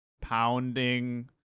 pounding